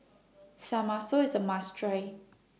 IS A must Try